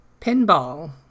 pinball